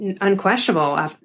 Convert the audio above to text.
unquestionable